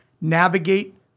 navigate